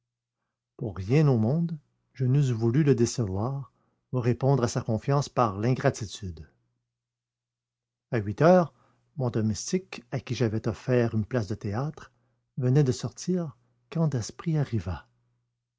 rien au monde je n'eusse voulu le décevoir ou répondre à sa confiance par de l'ingratitude à huit heures mon domestique à qui j'avais offert une place de théâtre venait de sortir quand daspry arriva